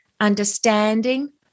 understanding